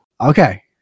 Okay